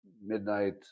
midnight